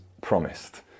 promised